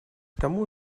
тому